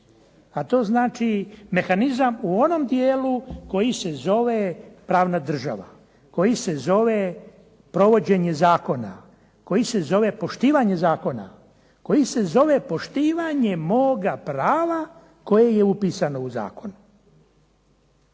A to znači mehanizam u onom dijelu koji se zove pravna država, koji se zove provođenje zakona, koji se zove poštivanje zakona, koji se zove poštivanje moga prava koje je upisano u zakonu.